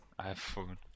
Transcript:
iphone